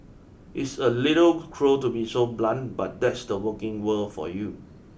it's a little cruel to be so blunt but that's the working world for you